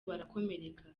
barakomereka